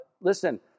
listen